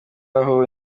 aho